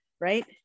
right